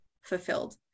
fulfilled